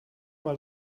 mal